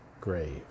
grave